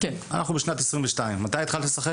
תמיד זה שליש מגרש,